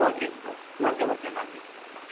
ஓகேங்க sir okay okay நன்றிங்க நன்றிங்க